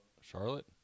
Charlotte